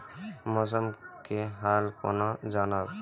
मौसम के हाल केना जानब?